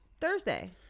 Thursday